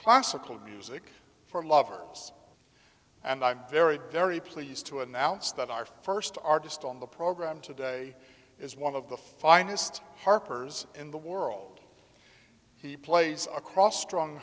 classical music for lovers and i'm very very pleased to announce that our first artist on the program today is one of the finest harpers in the world he plays across strong